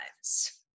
lives